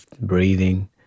breathing